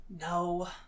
No